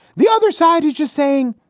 the other side is just saying,